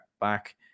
back